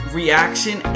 reaction